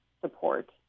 support